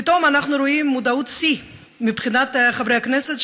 פתאום אנחנו רואים מודעות שיא מבחינת חברי הכנסת,